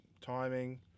timing